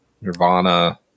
Nirvana